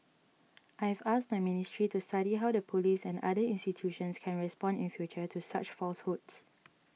I have asked my ministry to study how the police and other institutions can respond in future to such falsehoods